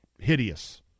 Hideous